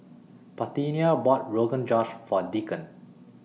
Parthenia bought Rogan Josh For Deacon